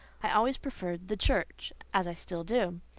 i always preferred the church, as i still do.